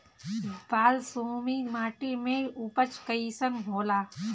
बालसुमी माटी मे उपज कईसन होला?